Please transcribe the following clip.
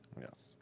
Yes